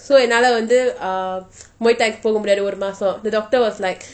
so என்னாலே வந்து:ennalei vanthu uh muay thai போ முடியாது ஒரு மாசம்:po mudiyathu oru maasam the doctor was like